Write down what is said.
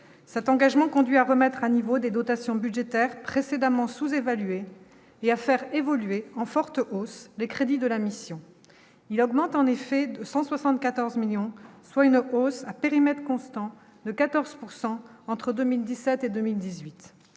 cet engagement conduit à remettre à niveau des dotations budgétaires précédemment sous-évalué et à faire évoluer en forte hausse des crédits de la mission, il augmente en effet 174 millions, soit une hausse à périmètre constant, de 14 pourcent entre 2017 et 2018